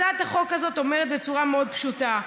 הצעת החוק הזאת אומרת בצורה מאוד פשוטה: